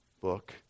book